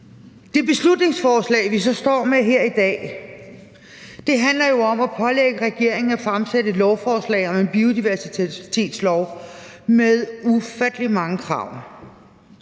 Det beslutningsforslag, vi så står med her i dag, handler jo om at pålægge regeringen at fremsætte et lovforslag om en biodiversitetslov med ufattelig mange krav